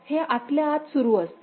हे आतल्याआत सुरू असते